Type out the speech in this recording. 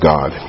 God